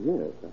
Yes